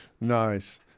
Nice